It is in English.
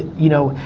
you know,